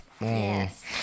Yes